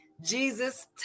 Jesus